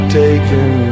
taken